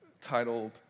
titled